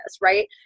right